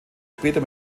später